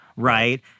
right